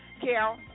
Carol